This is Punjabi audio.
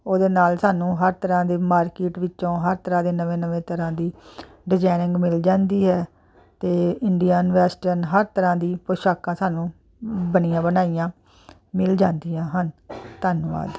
ਉਹਦੇ ਨਾਲ ਸਾਨੂੰ ਹਰ ਤਰ੍ਹਾਂ ਦੇ ਮਾਰਕੀਟ ਵਿੱਚੋਂ ਹਰ ਤਰ੍ਹਾਂ ਦੇ ਨਵੇਂ ਨਵੇਂ ਤਰ੍ਹਾਂ ਦੀ ਡਿਜ਼ਾਇਨਿੰਗ ਮਿਲ ਜਾਂਦੀ ਹੈ ਅਤੇ ਇੰਡੀਅਨ ਵੈਸਟਰਨ ਹਰ ਤਰ੍ਹਾਂ ਦੀ ਪੁਸ਼ਾਕਾਂ ਸਾਨੂੰ ਬਣੀਆਂ ਬਣਾਈਆਂ ਮਿਲ ਜਾਂਦੀਆਂ ਹਨ ਧੰਨਵਾਦ